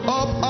up